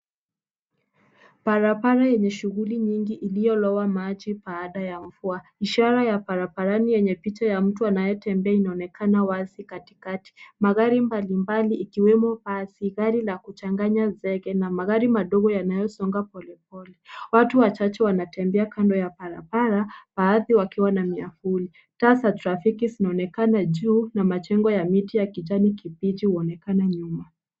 Barabara yenye shughuli nyingi iliyolowa maji baada ya mvua. Ishara ya barabarani yenye picha ya mtu anayetembea inaonekana wazi katikati. Magari mbalimbali ikiwemo basi, gari la kuchanganya zege na magari madogo yanayosonga polepole. Watu wachache wanatembea kando ya barabara baadhi wakiwa na miavuli. Taa za trafiki zinaonekana juu na majengo na miti ya kijani kibichi huonekana nyuma.